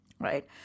Right